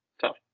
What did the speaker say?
tough